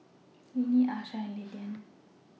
Linnie Achsah and Lilyan